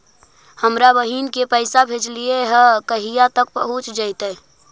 हमरा बहिन के पैसा भेजेलियै है कहिया तक पहुँच जैतै?